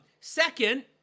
Second